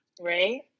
Right